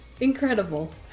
Incredible